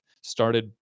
started